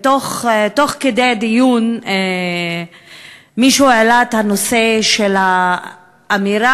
תוך כדי דיון מישהו העלה את הנושא של האמירה,